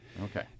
Okay